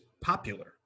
popular